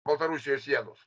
baltarusijos sienos